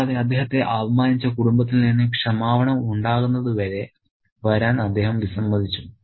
കൂടാതെ അദ്ദേഹത്തെ അപമാനിച്ച കുടുംബത്തിൽ നിന്ന് ക്ഷമാപണം ഉണ്ടാകുന്നതുവരെ വരാൻ അദ്ദേഹം വിസമ്മതിച്ചു